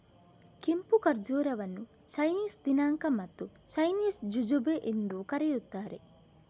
ಕೆಂಪು ಖರ್ಜೂರವನ್ನು ಚೈನೀಸ್ ದಿನಾಂಕ ಮತ್ತು ಚೈನೀಸ್ ಜುಜುಬೆ ಎಂದೂ ಕರೆಯುತ್ತಾರೆ